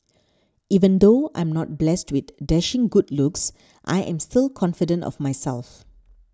even though I'm not blessed with dashing good looks I am still confident of myself